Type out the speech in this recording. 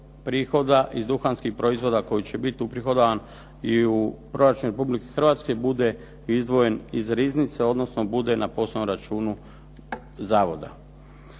prihoda iz duhanskih proizvoda koji će biti uprihodovan i u proračun Republike Hrvatske bude izdvojen iz riznici, odnosno bude na posebnom računu zavoda.